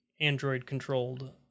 Android-controlled